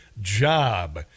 job